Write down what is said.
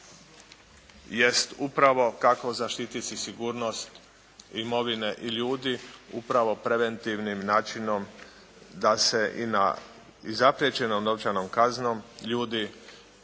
jest upravo kako zaštititi sigurnost imovine i ljudi upravo preventivnim načinom da se i zapriječenom novčanom kaznom ljudi